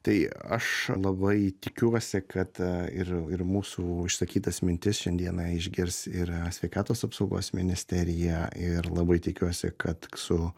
tai aš labai tikiuosi kad a ir ir mūsų išsakytas mintis šiandieną išgirs ir sveikatos apsaugos ministerija ir labai tikiuosi kad su